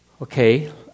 Okay